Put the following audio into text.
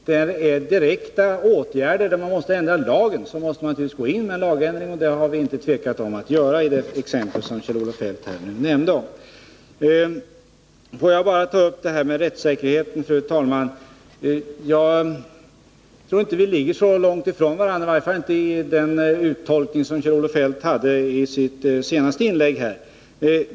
När det gäller sådana fall måste man naturligtvis ingripa med en lagändring, och det har vi inte tvekat att göra i det exempel som Kjell-Olof Feldt nämnde. Låt mig, fru talman, vidare ta upp frågan om rättssäkerheten. Jag tror inte att min och Kjell-Olof Feldts uppfattning ligger så långt ifrån varandra, i varje fall inte att döma av den uttolkning som Kjell-Olof Feldt gjorde i sitt senaste inlägg.